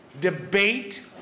debate